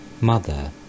mother